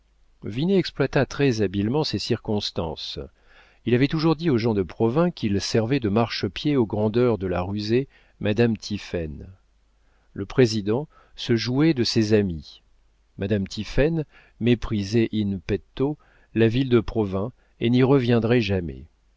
vinet exploita très-habilement ces circonstances il avait toujours dit aux gens de provins qu'ils servaient de marchepied aux grandeurs de la rusée madame tiphaine le président se jouait de ses amis madame tiphaine méprisait in petto la ville de provins et n'y reviendrait jamais